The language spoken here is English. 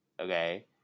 okay